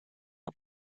auf